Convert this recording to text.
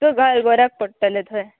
तो घाल पडटलें थंय